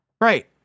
Right